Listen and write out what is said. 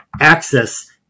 access